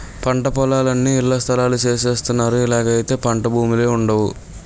పంటపొలాలన్నీ ఇళ్లస్థలాలు సేసస్తన్నారు ఇలాగైతే పంటభూములే వుండవు